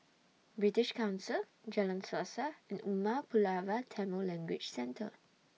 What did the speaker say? British Council Jalan Suasa and Umar Pulavar Tamil Language Centre